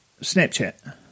Snapchat